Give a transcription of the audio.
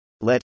Let